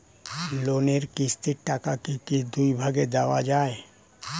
লোনের কিস্তির টাকাকে কি দুই ভাগে দেওয়া যায়?